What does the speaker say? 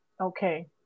Okay